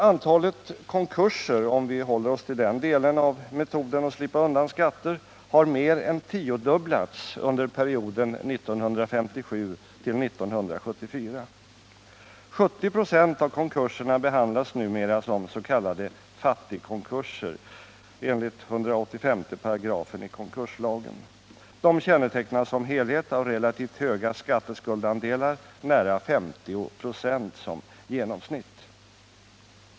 Antalet konkurser — om vi håller oss till den metoden att slippa undan skatter — har mer än tiodubblats under perioden 1957-1974. 70 86 av konkurserna behandlas numera som s.k. fattigkonkurser enligt 1858 konkurslagen. De kännetecknas som helhet av relativt stora skatteskuldsandelar — nära 50 96 som genomsnitt.